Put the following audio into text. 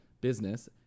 business